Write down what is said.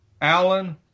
Allen